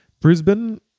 Brisbane